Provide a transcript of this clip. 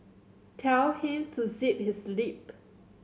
tell him to zip his lip